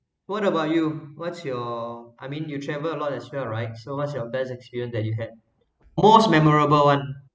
what about you what's your I mean you travel a lot as well right so what's your best experience that you had most memorable one